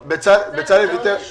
מדינת ישראל והאתגרים הגדולים